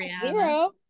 zero